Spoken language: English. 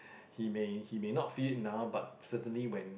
he may he may not feel it now but certainly when